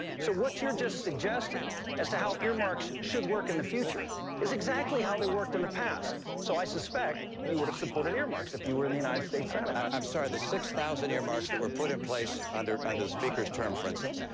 so what you just suggested as to how earmarks should work in the future is exactly how they worked in the past. so i suspect you would have supported earmarks if you were in the united states senate. romney i'm sorry. the six thousand earmarks that were put in place under ah the speaker's term, for instance,